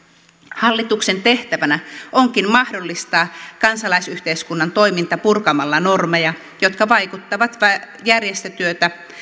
hallituksen tehtävänä onkin mahdollistaa kansalaisyhteiskunnan toiminta purkamalla normeja jotka vaikeuttavat järjestötyötä